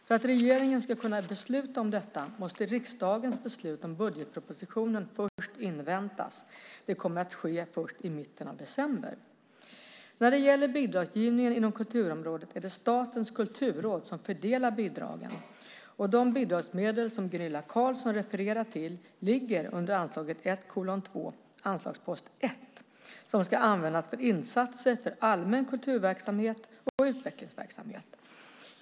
För att regeringen ska kunna besluta om detta måste riksdagens beslut om budgetpropositionen först inväntas. Det kommer att ske först i mitten av december. När det gäller bidragsgivningen inom kulturområdet är det Statens kulturråd som fördelar bidragen. De bidragsmedel som Gunilla Carlsson refererar till ligger under anslaget 1:2, anslagspost 1 som ska användas för insatser för allmän kulturverksamhet och utvecklingsverksamhet.